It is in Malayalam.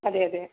അതെയതെ